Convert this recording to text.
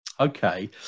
Okay